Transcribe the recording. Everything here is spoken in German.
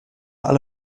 alle